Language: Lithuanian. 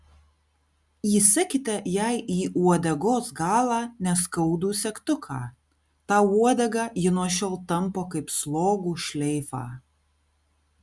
įsekite jai į uodegos galą neskaudų segtuką tą uodegą ji nuo šiol tampo kaip slogų šleifą